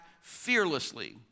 fearlessly